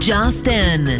Justin